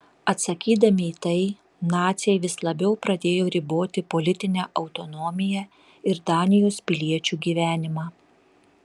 atsakydami į tai naciai vis labiau pradėjo riboti politinę autonomiją ir danijos piliečių gyvenimą